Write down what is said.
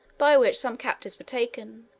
by which some captives were taken,